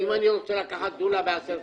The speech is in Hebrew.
אם אני רוצה לקחת דולה ב-10,000,